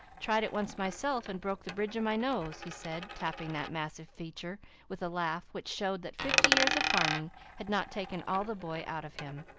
tried it once myself and broke the bridge of my nose, he said, tapping that massive feature with a laugh which showed that fifty years of farming had not taken all the boy out of him.